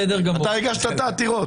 אתה הגשת את העתירות.